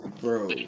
Bro